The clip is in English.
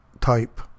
type